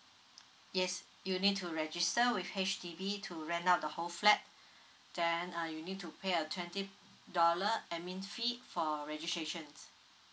yes you need to register with H_D_B to rent out the whole flat then uh you need to pay a twenty dollar admin fee for registrations